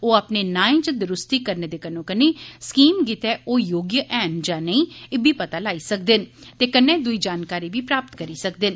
ओ अपने नाएं च दरूस्ती करने दे कन्नोकन्नी स्कीम लेई ओ योग्य ऐन जां नेईं इब्बी पता लाई सकदे न ते कन्नै दूई जानकारी बी प्राप्त करी सकदे न